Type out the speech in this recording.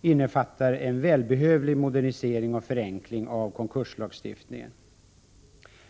innefattar en välbehövlig modernisering och förenkling av konkurslagstiftningen.